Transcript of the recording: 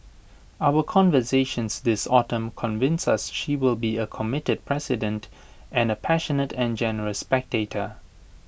our conversations this autumn convince us she will be A committed president and A passionate and generous spectator